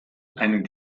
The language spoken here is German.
einen